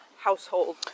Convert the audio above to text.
household